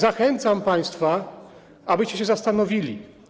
Zachęcam państwa, abyście się zastanowili.